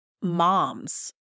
moms